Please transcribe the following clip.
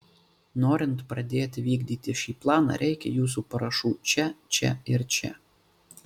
norint pradėti vykdyti šį planą reikia jūsų parašų čia čia ir čia